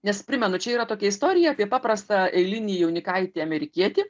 nes primenu čia yra tokia istorija apie paprastą eilinį jaunikaitį amerikietį